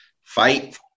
fight